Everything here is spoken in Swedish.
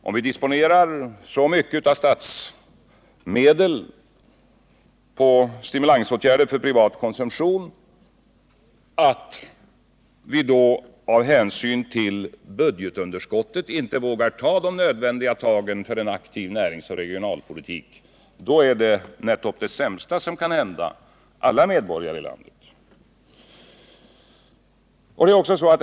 Om vi disponerar så mycket av statsmedel för stimulansåtgärder för privat konsumtion att vi av hänsyn till budgetunderskottet inte vågar vidta de nödvändiga åtgärderna för en aktiv näringspolitik och regionalpolitik, är detta nästan det sämsta som kan hända alla medborgare i landet.